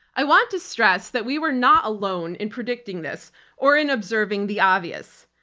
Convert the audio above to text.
i want to stress that we were not alone in predicting this or in observing the obvious.